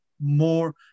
more